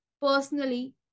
personally